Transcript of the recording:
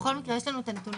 בכל מקרה, יש לנו את הנתונים.